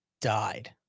died